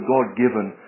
God-given